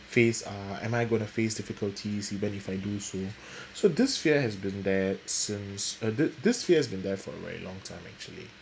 face uh am I going to face difficulties even if I do so so this fear has been there since added this fear has been there for very long time actually